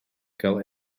gael